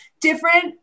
different